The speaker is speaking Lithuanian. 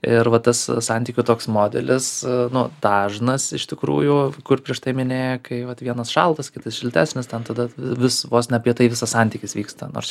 ir va tas santykių toks modelis nu dažnas iš tikrųjų kur prieš tai minėjo kai vat vienas šaltas kitas šiltesnis ten tada vis vos ne apie tai visas santykis vyksta nors